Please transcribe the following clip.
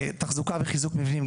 תחזוקה וחיזוק מבנים,